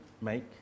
make